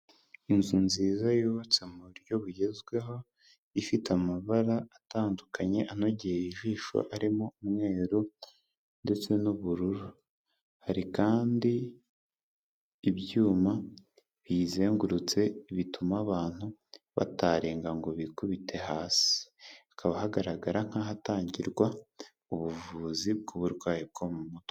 Inzu nziza yubatse mu buryo bugezweho, ifite amabara atandukanye anogeye ijisho, arimo umweru ndetse n'ubururu, hari kandi ibyuma biyizengurutse, bituma abantu batarenga ngo bikubite hasi, hakaba hagaragara nk'ahatangirwa ubuvuzi bw'uburwayi bwo mu mutwe.